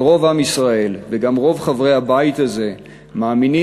אבל רוב עם ישראל וגם רוב חברי הבית הזה מאמינים